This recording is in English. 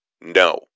no